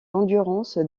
endurance